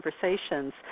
conversations